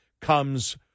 comes